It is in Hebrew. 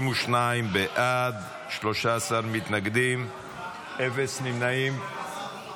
32 בעד, 13 מתנגדים, אין נמנעים.